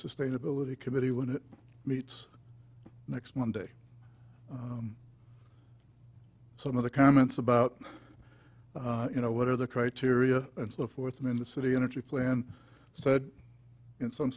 sustainability committee when it meets next monday some of the comments about you know what are the criteria and so forth and in the city energy plan said in some